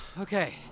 Okay